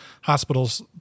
hospitals